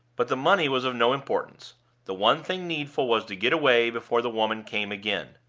but the money was of no importance the one thing needful was to get away before the woman came again.